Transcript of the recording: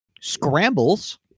scrambles